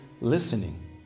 listening